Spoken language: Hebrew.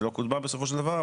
שלא קודמה בסופו של דבר.